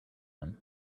him